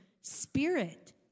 spirit